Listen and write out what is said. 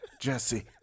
Jesse